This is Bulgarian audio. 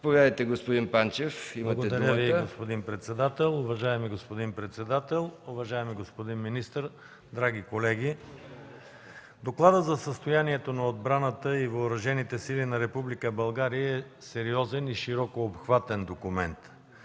Заповядайте, господин Панчев. СПАС ПАНЧЕВ (КБ): Благодаря Ви, господин председател. Уважаеми господин председател, уважаеми господин министър, драги колеги! Докладът за състоянието на отбраната и Въоръжените сили на Република България е сериозен и широко обхватен документ.